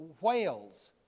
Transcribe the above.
whales